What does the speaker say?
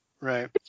right